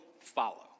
follow